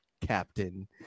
Captain